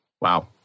Wow